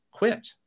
quit